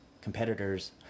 competitors